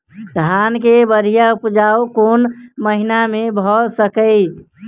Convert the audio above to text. धान केँ बढ़िया उपजाउ कोण महीना मे भऽ सकैय?